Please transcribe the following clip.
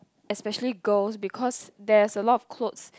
especially girls because there's a lot of clothes